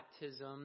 baptism